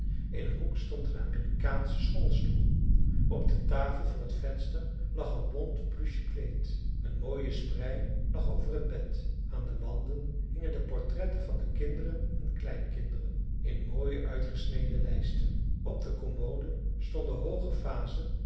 in een hoek stond een amerikaansche schommelstoel op de tafel voor het venster lag een bont pluche kleed een mooie sprei lag over het bed aan de wanden hingen de portretten van de kinderen en kleinkinderen in mooie uitgesneden lijsten op de commode stonden hooge vazen